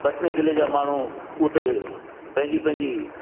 कटनी ज़िले जा माण्हू उते पंहिंजी पंहिंजी